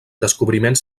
descobriments